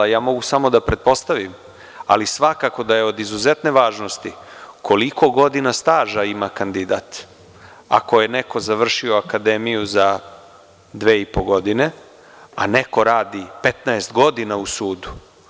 Ja mogu samo da pretpostavim, ali svakako da je od izuzetne važnosti, koliko godina staža ima kandidat, ako je neko završio akademiju za dve i po godine, a neko radi 15 godina u sudu.